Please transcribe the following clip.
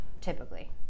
typically